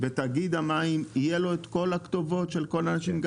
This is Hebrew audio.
ולתאגיד המים יהיו כל הכתובות של כל האנשים?